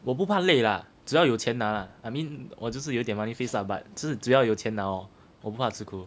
我不怕累啦只要有钱拿啦 I mean 我就是有一点 money face lah but 就是只要有钱咯我不怕吃苦